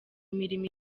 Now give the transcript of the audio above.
imirimo